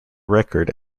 record